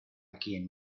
quien